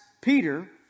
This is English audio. Peter